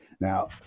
Now